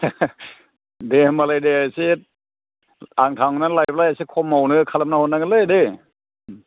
दे होनबालाय दे एसे आं थांनानै लायोब्ला एसे खमावनो खालामनानै हरनांगोनलै दे